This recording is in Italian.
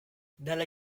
dalla